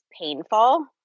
painful